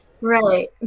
Right